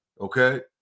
okay